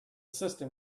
system